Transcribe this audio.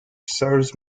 serves